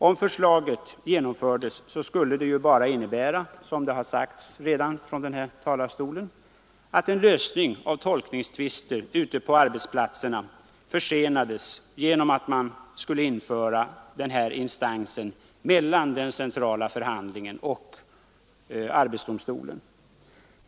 Om förslaget genomfördes skulle det bara innebära, som redan har påpekats från denna talarstol, att en lösning av tolkningstvister ute på arbetsplatserna försenades genom att man införde den här instansen mellan den centrala förhandlingen och arbetsdomstolen.